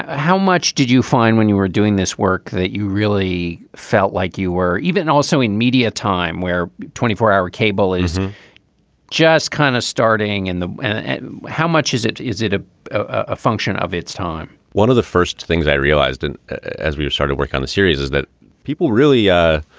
ah how much did you find when you were doing this work that you really felt like you were even also in media time where twenty four hour cable is just kind of starting? and how much is it? is it a ah function of its time? one of the first things i realized and as we've started work on the series is that people really, ah